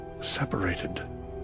separated